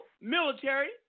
military